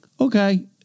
okay